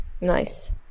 Nice